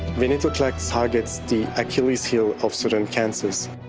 venetoclax targets the achilles heel of certain cancers.